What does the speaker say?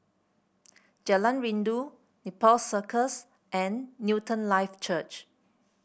Jalan Rindu Nepal Circus and Newton Life Church